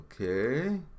Okay